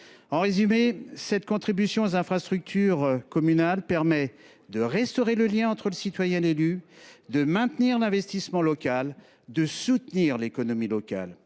En résumé, cette contribution aux infrastructures communales permet de restaurer le lien entre le citoyen et l’élu, de maintenir l’investissement local et de soutenir l’économie locale.